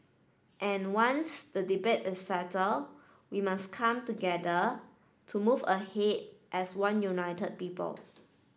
and once the debate is settled we must come together to move ahead as one united people